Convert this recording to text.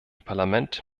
parlament